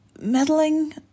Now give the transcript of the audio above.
meddling